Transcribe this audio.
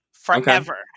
Forever